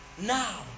now